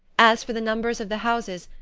as for the numbers of the houses,